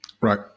Right